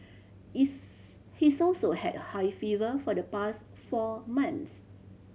is he's also had a high fever for the past four months